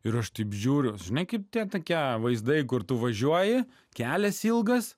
ir aš taip žiūriu žinai kaip tie tokie vaizdai kur tu važiuoji kelias ilgas